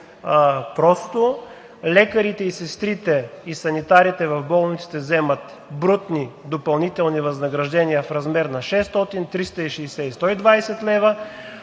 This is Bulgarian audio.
по-просто, лекарите, сестрите и санитарите в болниците взимат брутни допълнителни възнаграждения в размер на 600, 360 и 120 лв.